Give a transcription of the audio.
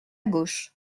gauche